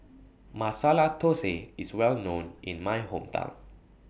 Masala Thosai IS Well known in My Hometown